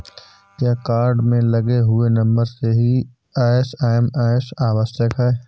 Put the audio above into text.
क्या कार्ड में लगे हुए नंबर से ही एस.एम.एस आवश्यक है?